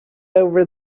over